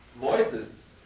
voices